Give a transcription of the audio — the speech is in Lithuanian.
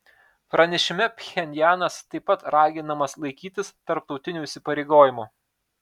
pranešime pchenjanas taip pat raginamas laikytis tarptautinių įsipareigojimų